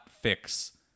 fix